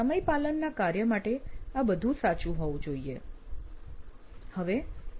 સમયપાલનના કાર્ય માટે આ બધું સાચું હોવું જોઈએ